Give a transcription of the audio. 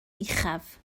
uchaf